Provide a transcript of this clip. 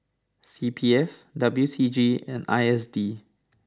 C P F W C G and I S D